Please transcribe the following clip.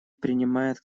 принимает